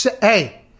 Hey